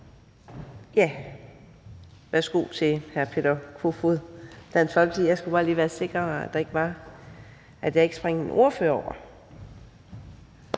går videre i ordførerrækken. Jeg skal bare lige være sikker på, at jeg ikke springer en ordfører over.